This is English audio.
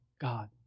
God